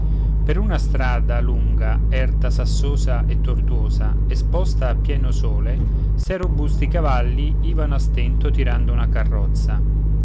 per una strada lunga erta sassosa e tortuosa esposta a pieno sole sei robusti cavalli ivano a stento tirando una carrozza